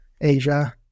Asia